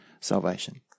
salvation